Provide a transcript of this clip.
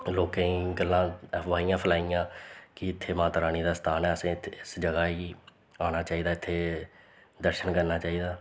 लोकें गी गल्लां अफबाइयां फलाइयां कि इत्थें माता रानी दा स्थान ऐ असें इत्थै इस जगह् गी आना चाहिदा इत्थें दर्शन करना चाहिदा